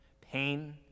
Pain